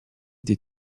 des